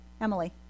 Emily